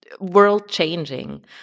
world-changing